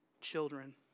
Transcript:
children